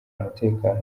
umutekano